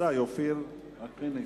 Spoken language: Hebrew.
אופיר אקוניס.